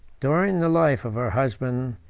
during the life of her husband,